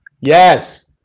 Yes